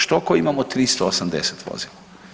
Što ako imamo 380 vozila?